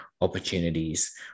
opportunities